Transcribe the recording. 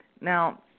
Now